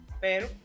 Pero